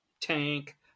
tank